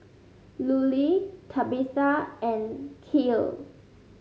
Lulie Tabitha and Kiel